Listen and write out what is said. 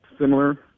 similar